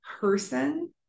person